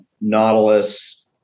nautilus